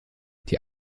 die